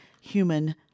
Human